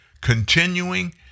Continuing